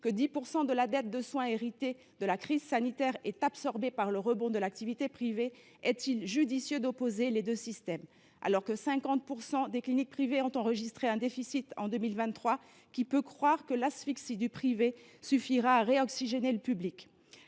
que 10 % de la dette de soins héritée de la crise sanitaire est absorbée par le rebond de l’activité privée, est il judicieux d’opposer les deux systèmes ? Alors que 50 % des cliniques privées ont enregistré un déficit en 2023, qui peut croire que l’asphyxie du privé suffira à réoxygéner le public ?